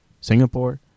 Singapore